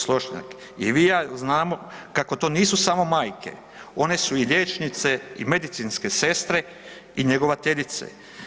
Slošnjak, i vi i ja znamo kako to nisu samo majke, one su i liječnice, i medicinske sestre i njegovateljice.